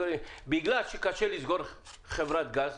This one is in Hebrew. בגלל שקשה לסגור חברת גז,